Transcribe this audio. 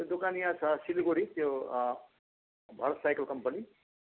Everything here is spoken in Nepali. दोकान यहाँ छ सिलगडी त्यो भरत साइकल कम्पनी